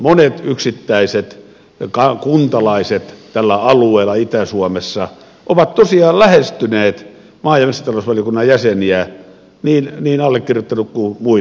monet yksittäiset kuntalaiset tällä alueella itä suomessa ovat tosiaan lähestyneet maa ja metsätalousvaliokunnan jäseniä niin allekirjoittanutta kuin muitakin